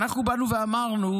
אנחנו באנו ואמרנו,